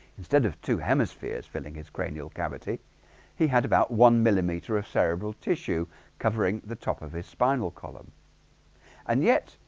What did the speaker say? instead of two hemispheres filling his cranial cavity he had about one millimeter of cerebral tissue covering covering the top of his spinal column and yet.